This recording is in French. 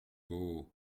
beau